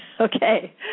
Okay